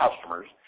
customers